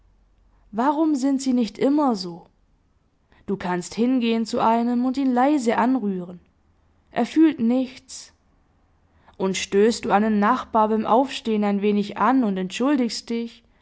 warum sind sie nicht immer so du kannst hingehen zu einem und ihn leise anrühren er fühlt nichts und stößt du einen nachbar beim aufstehen ein wenig an und entschuldigst dich